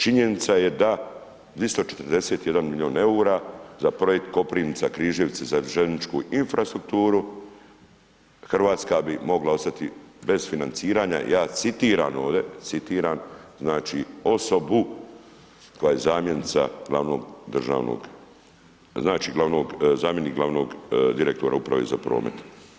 Činjenica je da 241 milion EUR-a za projekt Koprivnica – Križevci za željezničku infrastrukturu Hrvatska bi mogla ostati bez financiranja, ja citiram ovde, citiram znači osobu, koja je zamjenica glavnog državnog, znači glavnog, zamjenik glavnog direktora Uprave za promet.